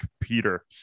Peter